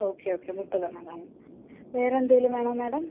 okay okay മുപ്പതെണ്ണം കാണും വേറെന്തേലും വേണോ മേടം